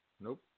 Nope